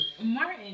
Martin